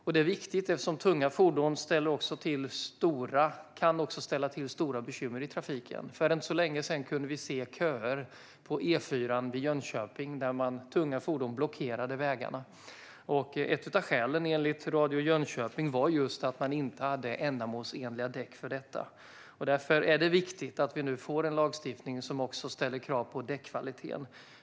Detta är viktigt eftersom tunga fordon också kan ställa till stora bekymmer i trafiken. För inte så länge sedan kunde vi se köer på E4 vid Jönköping, där tunga fordon blockerade vägarna. Ett av skälen var enligt Radio Jönköping just att fordonen inte hade ändamålsenliga däck. Därför är det viktigt att vi nu får en lagstiftning som också ställer krav på däckkvaliteten.